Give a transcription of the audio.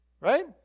right